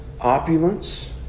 opulence